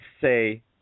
say